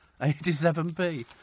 87p